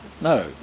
no